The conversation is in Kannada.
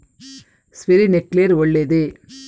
ಸ್ಪಿರಿನ್ಕ್ಲೆರ್ ಒಳ್ಳೇದೇ?